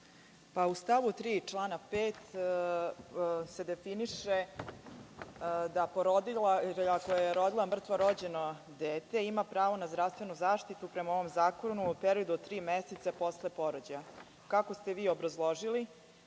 U stavu 3. člana 5. definiše se da porodilja koja je rodila mrtvo rođeno dete ima pravo na zdravstvenu zaštitu, prema ovom zakonu, u periodu od tri meseca posle porođaja. Kako ste vi obrazložili,